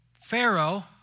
Pharaoh